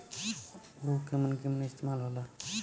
उव केमन केमन इस्तेमाल हो ला?